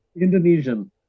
Indonesian